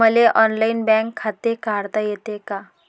मले online bank खाते काढता येते का?